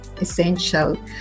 essential